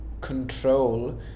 control